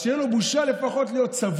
אז שלפחות תהיה לו בושה להיות צבוע